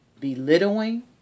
belittling